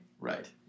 Right